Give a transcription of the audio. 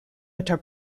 uttar